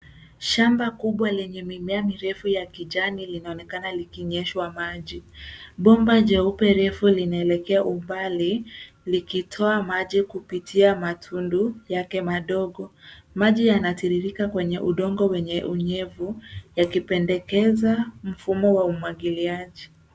Shamba kubwa lenye mimea mirefu ya kijani linaoenekana likinyeshwa maji, bomba jeupe refu linaelekea umbali likitoa maji kupitia matundu yake madogo. Maji yanatiririka kwenye udongo wenye unyevu yakipendekeza mfumo wa umwagiliaji.